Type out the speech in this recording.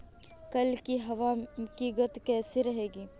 कल की हवा की गति क्या रहेगी?